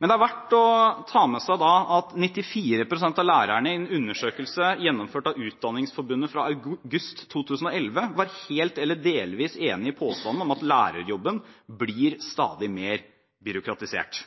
Men det er verdt å ta med seg at 94 pst. av lærerne i en undersøkelse fra august 2011 gjennomført av Utdanningsforbundet var helt eller delvis enig i påstanden om at lærerjobben blir stadig mer byråkratisert.